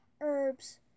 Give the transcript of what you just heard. herbs